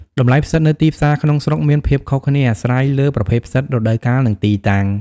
តម្លៃផ្សិតនៅទីផ្សារក្នុងស្រុកមានភាពខុសគ្នាអាស្រ័យលើប្រភេទផ្សិត រដូវកាល និងទីតាំង។